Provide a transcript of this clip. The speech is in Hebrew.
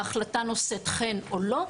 ההחלטה נושאת חן או לא,